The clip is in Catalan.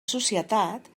societat